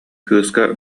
кыыска